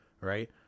right